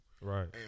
Right